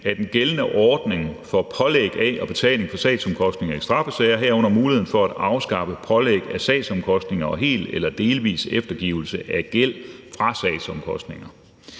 af den gældende ordning for pålæg af og betaling for sagsomkostninger i straffesager, herunder muligheden for at afskaffe pålæg af sagsomkostninger og helt eller delvis eftergivelse af gæld fra sagsomkostninger.«